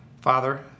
Father